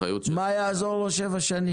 אחריות של --- מה יעזור לו שבע שנים?